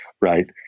right